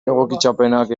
egokitzapenak